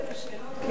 אתה רוצה את השאלות?